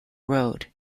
road